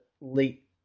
late